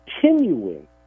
continuing